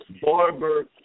barber